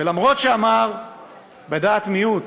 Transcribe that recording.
למרות שאמר בדעת מיעוט